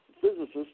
physicists